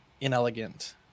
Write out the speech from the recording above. inelegant